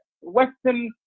Western